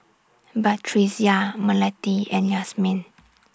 Batrisya Melati and Yasmin